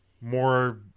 more